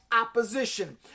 opposition